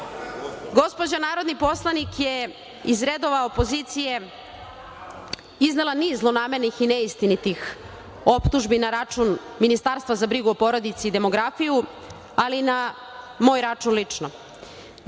gospođa narodni poslanik je postavila pitanje i iznela niz zlonamernih i neistinitih optužbi na račun Ministarstva za brigu o porodici i demografiju, ali na moj račun